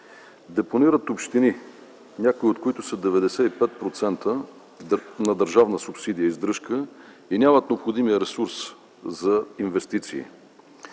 Депонират общини, някои от които са 95% на държавна субсидия – издръжка, и нямат необходимия ресурс за инвестиции.